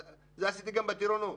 את זה עשיתי גם בטירונות.